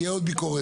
תהיה עוד ביקורת,